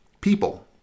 people